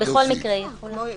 בכל מקרה היא יכולה.